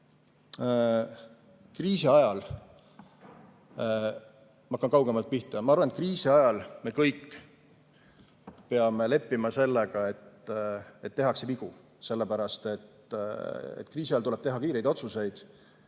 muutma? Ma hakkan kaugemalt pihta. Ma arvan, et kriisi ajal me kõik peame leppima sellega, et tehakse vigu, sellepärast et kriisi ajal tuleb teha kiireid otsuseid.